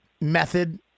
method